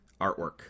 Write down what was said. Artwork